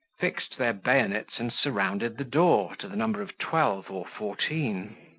fixed their bayonets and surrounded the door, to the number of twelve or fourteen.